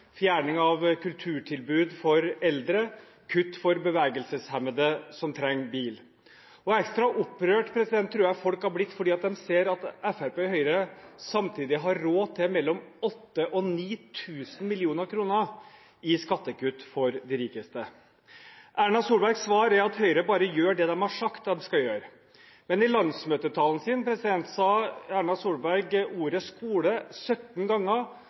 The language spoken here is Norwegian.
fjerning av kulturtilbud for eldre og kutt for bevegelseshemmede som trenger bil. Og ekstra opprørt tror jeg folk har blitt fordi de ser at Fremskrittspartiet og Høyre samtidig har råd til mellom 8 000 mill. kr og 9 000 mill. kr i skattekutt for de rikeste. Erna Solbergs svar er at Høyre bare gjør det de har sagt at de skal gjøre, men i landsmøtetalen sin sa Erna Solberg ordet «skole» 17 ganger